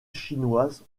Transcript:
chinoise